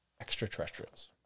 extraterrestrials